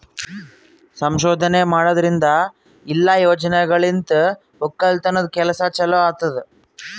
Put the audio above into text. ಸಂಶೋಧನೆ ಮಾಡದ್ರಿಂದ ಇಲ್ಲಾ ಯೋಜನೆಲಿಂತ್ ಒಕ್ಕಲತನದ್ ಕೆಲಸ ಚಲೋ ಆತ್ತುದ್